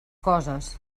coses